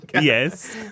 Yes